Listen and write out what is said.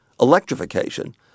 electrification